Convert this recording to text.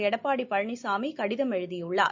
எடப்பாடி பழனிசாமி கடிதம் எழுதியுள்ளார்